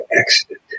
accident